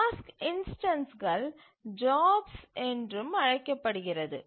task இன்ஸ்டன்ஸ்கள் jobs என்றும் அழைக்கப்படுகிறது